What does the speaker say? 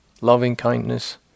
loving-kindness